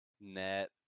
net